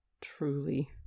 Truly